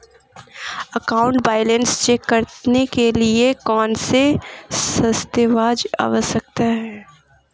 Account balance check करने के लिए कौनसे दस्तावेज़ आवश्यक हैं?